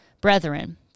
Brethren